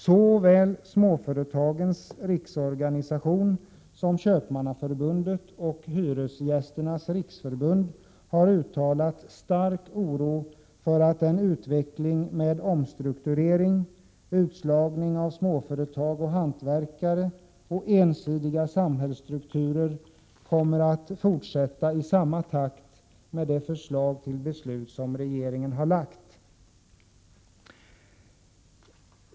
Såväl småföretagens riksorganisation som Köpmannaförbundet och Hyresgästernas riksförbund har uttalat stark oro för att utvecklingen med omstrukturering, utslagning av småföretag och hantverkare och ensidiga samhällsstrukturer kommer att fortsätta i samma takt med det förslag till beslut som regeringen lagt.